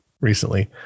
recently